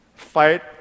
Fight